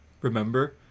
remember